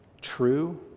true